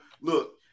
Look